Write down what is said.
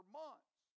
months